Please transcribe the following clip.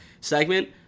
segment